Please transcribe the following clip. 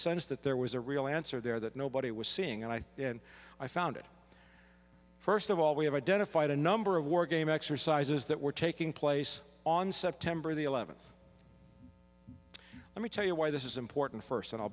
sensed that there was a real answer there that nobody was seeing and i and i found it first of all we have identified a number of wargame exercises that were taking place on september the eleventh let me tell you why this is important first and i'll